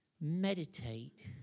meditate